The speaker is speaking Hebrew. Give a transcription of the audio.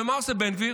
ומה עושה בן גביר?